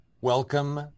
Welcome